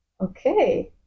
okay